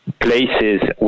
places